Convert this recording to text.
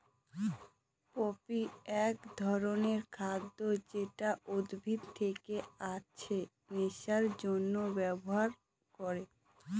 poppy এক ধরনের খাদ্য যেটা উদ্ভিদ থেকে আছে নেশার জন্যে ব্যবহার করে